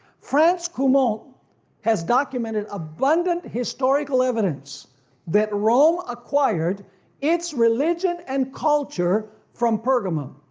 france kemal has documented abundant historical evidence that rome acquired its religion and culture from pergamum,